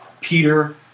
Peter